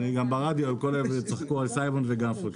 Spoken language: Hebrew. גם ברדיו על כל העברית צחקו על סיימון וגרפונקל.